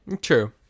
True